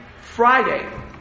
Friday